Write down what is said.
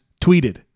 tweeted